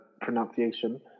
pronunciation